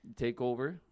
takeover